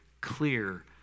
clear